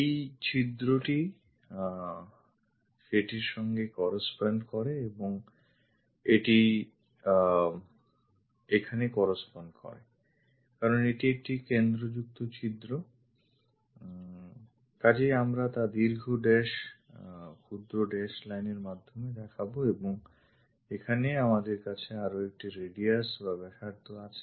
এই ছিদ্রটি সেটির সঙ্গে correspond করে এবং এটি এখানে correspond করে কারণ এটি একটি কেন্দ্রযুক্ত ছিদ্র কাজেই আমরা তা দীর্ঘ dash ক্ষুদ্র dash line এর মাধ্যমে দেখাবো এবং এখানে আমাদের কাছে আরও একটি radius বা ব্যাসার্ধ আছে